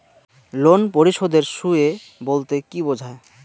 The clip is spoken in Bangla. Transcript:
লোন পরিশোধের সূএ বলতে কি বোঝায়?